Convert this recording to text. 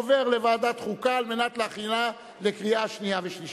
זה עובר לוועדת חוקה להכנה לקריאה שנייה ושלישית.